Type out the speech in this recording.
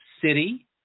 city